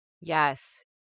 Yes